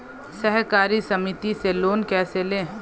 सहकारी समिति से लोन कैसे लें?